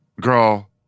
Girl